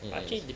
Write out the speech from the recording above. yes